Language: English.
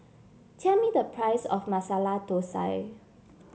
tell me the price of Masala Thosai